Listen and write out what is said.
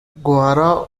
guevara